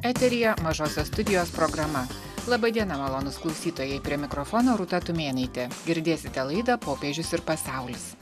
eteryje mažosios studijos programa laba diena malonūs klausytojai prie mikrofono rūta tumėnaitė girdėsite laidą popiežius ir pasaulis